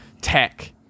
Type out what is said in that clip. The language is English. tech